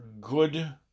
good